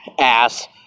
ass